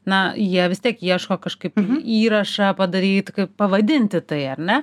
na jie vis tiek ieško kažkaip įrašą padaryt kaip pavadinti tai ar ne